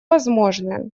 возможное